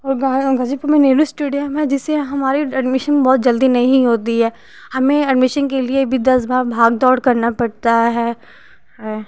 वो गाजीपुर में नेहरू स्टेडियम है जिसमें हमारी एडमिशन जल्दी नहीं होती है हमें एडमिशन के लिए भी दस बार भाग दौड़ करना पड़ता है है